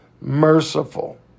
merciful